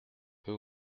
peu